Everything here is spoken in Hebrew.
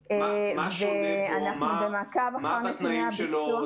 ואנחנו במעקב אחרי נתוני הביצוע.